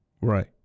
Right